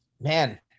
man